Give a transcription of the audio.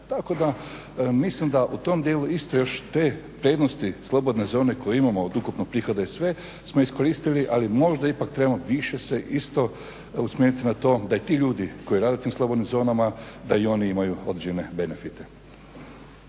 Tako da mislim da u tom dijelu isto još te prednosti slobodne zone koje imamo od ukupnog prihoda i sve smo iskoristili, ali možda ipak trebamo više se isto usmjeriti na to da i ti ljudi koji rade u tim slobodnim zonama da i oni imaju određene benefite.